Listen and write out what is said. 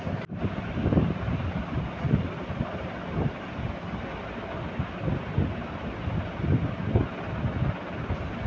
अहॉ हमरा खाता सअ सीधा पाय काटि सकैत छी?